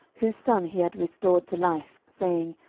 whose son he had restored to life, saying,